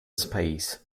space